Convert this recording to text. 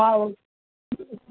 అ